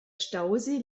stausee